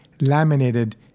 laminated